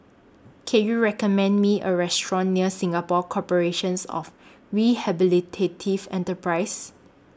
Can YOU recommend Me A Restaurant near Singapore Corporations of Rehabilitative Enterprises